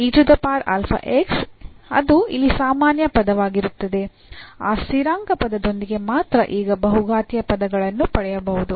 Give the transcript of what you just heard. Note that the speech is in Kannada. ಅದು ಇಲ್ಲಿ ಸಾಮಾನ್ಯ ಪದವಾಗಿರುತ್ತದೆ ಆ ಸ್ಥಿರಾಂಕ ಪದದೊಂದಿಗೆ ಮಾತ್ರ ಈಗ ಬಹುಘಾತೀಯ ಪದಗಳನ್ನು ಪಡೆಯಬಹುದು